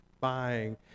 buying